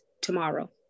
tomorrow